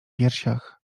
piersiach